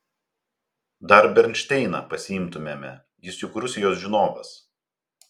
dar bernšteiną pasiimtumėme jis juk rusijos žinovas